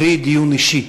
קרי דיון אישי.